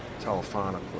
telephonically